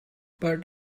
but